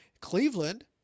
Cleveland